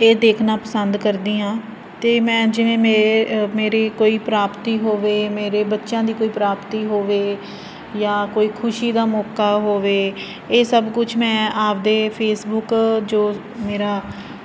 ਇਹ ਦੇਖਣਾ ਪਸੰਦ ਕਰਦੀ ਹਾਂ ਅਤੇ ਮੈਂ ਜਿਵੇਂ ਮੇਰੇ ਮੇਰੀ ਕੋਈ ਪ੍ਰਾਪਤੀ ਹੋਵੇ ਮੇਰੇ ਬੱਚਿਆਂ ਦੀ ਕੋਈ ਪ੍ਰਾਪਤੀ ਹੋਵੇ ਜਾਂ ਕੋਈ ਖੁਸ਼ੀ ਦਾ ਮੌਕਾ ਹੋਵੇ ਇਹ ਸਭ ਕੁਛ ਮੈਂ ਆਪਦੇ ਫੇਸਬੁਕ ਜੋ ਮੇਰਾ